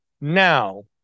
now